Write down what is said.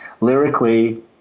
lyrically